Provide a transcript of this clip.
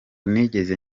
nigeze